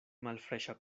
malfreŝa